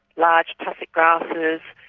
large tussock grasses,